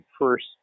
first